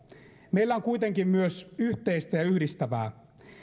meillä on kuitenkin myös yhteistä ja yhdistävää